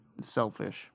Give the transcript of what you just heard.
selfish